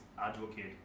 advocate